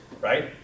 Right